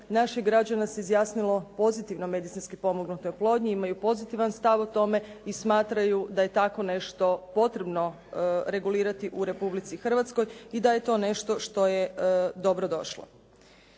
naših građana se izjasnilo pozitivno o medicinski pomognutoj oplodnji, imaju pozitivan stav o tome i smatraju da je tako nešto potrebno regulirati u Republici Hrvatskoj i da je to nešto što je dobro došlo.